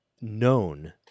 known